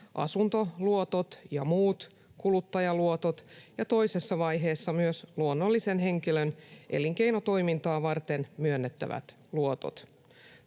asuntoluotot ja muut kuluttajaluotot ja toisessa vaiheessa myös luonnollisen henkilön elinkeinotoimintaa varten myönnettävät luotot.